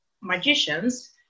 magicians